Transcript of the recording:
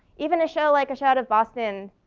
even a show like a shot of boston,